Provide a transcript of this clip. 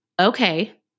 okay